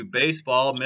baseball